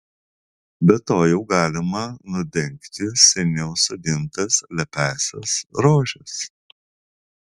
be to jau galima nudengti seniau sodintas lepiąsias rožes